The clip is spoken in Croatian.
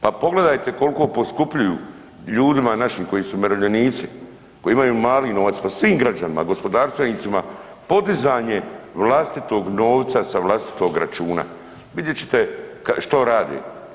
Pa pogledajte koliko poskupljuju ljudima našim koji su umirovljenici koji imaju mali novac, svim građanima, gospodarstvenicima podizanje vlastitog novca sa vlastitog računa, vidjet ćete što rade.